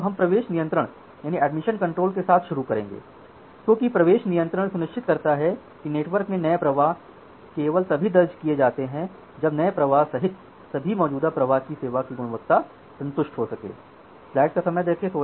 अब हम प्रवेश नियंत्रण के साथ शुरू करेंगे क्योंकि प्रवेश नियंत्रण सुनिश्चित करता है कि नेटवर्क में नए प्रवाह केवल तभी दर्ज किए जाते हैं जब नए प्रवाह सहित सभी मौजूदा प्रवाह की सेवा की गुणवत्ता संतुष्ट हो सकती है